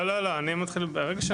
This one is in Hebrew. לא, לא, אני מתחיל ברגע.